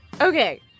Okay